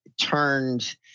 turned